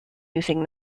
using